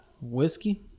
Whiskey